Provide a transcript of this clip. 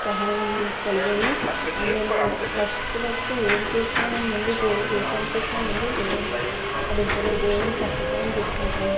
సహాయం కలిగాయి అన్నన్ని ఫస్ట్ ఫస్ట్ ఏది చేసిన నేను ముందు ఏ పని చేసినా ముందు దేవునికి అడుగుతాను దేవుడి సహకారం తీసుకుంటాను